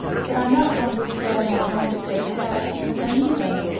but i'm not going to scatter my bones just yet, because i need them,